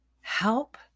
help